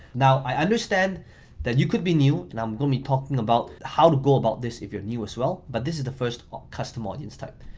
now i understand that you could be new and i'm gonna be talking about how to go about this, if you're new as well, but this is the first ah custom audience type.